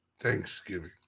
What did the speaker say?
Thanksgiving